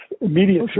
immediate